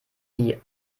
die